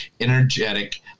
energetic